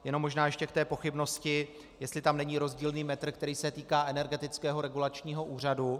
Jenom možná k té pochybnosti, jestli tam není rozdílný metr, který se týká Energetického regulačního úřadu.